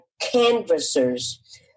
canvassers